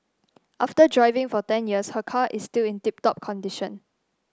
after driving for ten years her car is still in tip top condition